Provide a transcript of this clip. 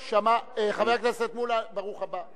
חבר הכנסת מולה, ברוך הבא.